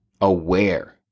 aware